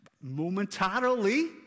momentarily